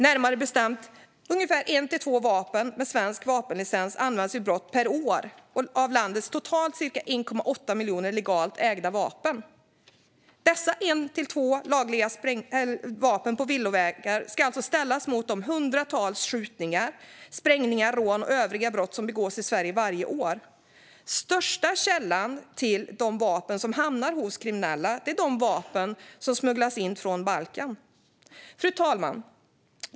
Närmare bestämt är det ungefär ett till två vapen med svensk vapenlicens per år som används vid brott. Totalt finns det ca 1,8 miljoner legalt ägda vapen i landet. Dessa ett till två lagliga vapen på villovägar ska alltså ställas mot de hundratals skjutningar, sprängningar rån och övriga brott som begås i Sverige varje år. Största andelen vapen som hamnar hos kriminella är de som är insmugglade från Balkan. Fru talman!